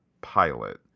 pilot